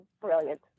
brilliant